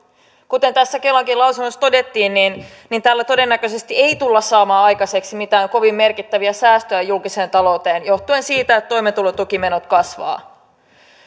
kuten tässä kelankin lausunnossa todettiin niin niin tällä todennäköisesti ei tulla saamaan aikaiseksi mitään kovin merkittäviä säästöjä julkiseen talouteen johtuen siitä että toimeentulotukimenot kasvavat